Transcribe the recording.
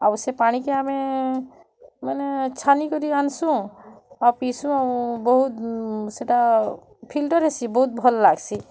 ଆଉ ସେ ପାଣିକେ ଆମେ ମାନେ ଛାନି କରି ଆଣସୁଁ ଆଉ ପିସୁଁ ଆଉ ବହୁତ୍ ସେଟା ଫିଲ୍ଟର୍ ହେସି ବହୁତ୍ ଭଲ୍ ଲାଗସି